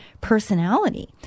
personality